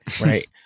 right